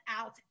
out